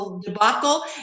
debacle